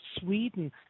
Sweden